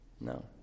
No